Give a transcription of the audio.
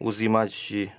uzimajući